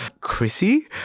Chrissy